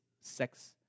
sex